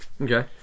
Okay